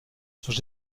sont